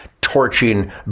torching